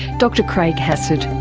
dr craig hassad.